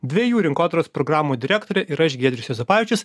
dvejų rinkodaros programų direktorė ir aš giedrius juozapavičius